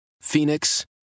Phoenix